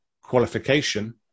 qualification